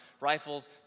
Rifles